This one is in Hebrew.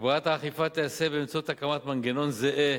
הגברת האכיפה תיעשה באמצעות הקמת מנגנון זהה